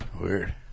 Weird